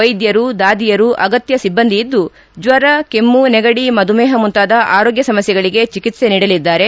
ವೈದ್ಯರು ದಾದಿಯರು ಅಗತ್ಯ ಸಿಬ್ಲಂದಿಯಿದ್ದು ಜ್ವರ ಕೆಮ್ಲ ನೆಗಡಿ ಮಧುಮೇಪ ಮುಂತಾದ ಆರೋಗ್ಯ ಸಮಸ್ಥೆಗಳಿಗೆ ಚಿಕಿತ್ತೆ ನೀಡಲಿದ್ದಾರೆ